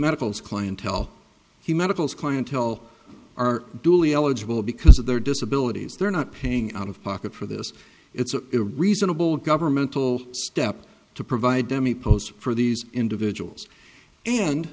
medicals clientele he medicals clientele are duly eligible because of their disability they're not paying out of pocket for this it's a reasonable governmental step to provide demi posed for these individuals and